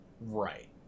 Right